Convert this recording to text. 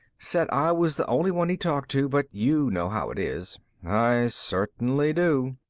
said i was the only one he'd talk to, but you know how it is. i certainly do.